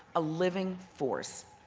a living force.